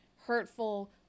hurtful